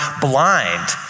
blind